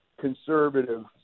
conservative